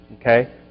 okay